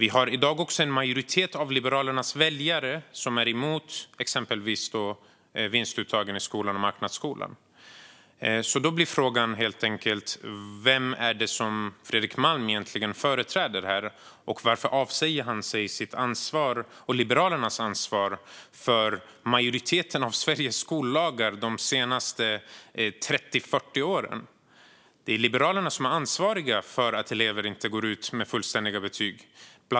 I dag är också en majoritet av Liberalernas väljare emot exempelvis vinstuttagen i skolan och marknadsskolan. Frågan blir helt enkelt: Vem är det som Fredrik Malm egentligen företräder här? Och varför avsäger han sig sitt och Liberalernas ansvar för majoriteten av Sveriges skollagar de senaste 30-40 åren? Det är Liberalerna som är ansvariga för bland annat att elever inte går ut med fullständiga betyg.